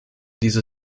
dieser